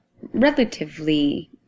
relatively